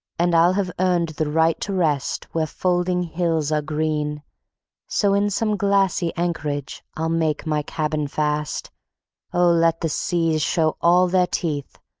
and i'll have earned the right to rest where folding hills are green so in some glassy anchorage i'll make my cable fast oh, let the seas show all their teeth,